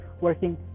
working